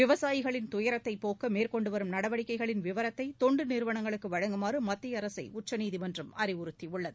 விவசாயிகளின் துயரத்தை போக்க மேற்கொண்டுவரும் நடவடிக்கைகளின் விவரத்தை தொண்டு நிறுவனங்களுக்கு வழங்குமாறு மத்திய அரசை உச்சநீதிமன்றம் அறிவுறுத்தியுள்ளது